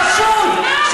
חשוד,